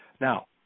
Now